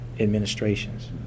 administrations